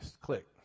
Click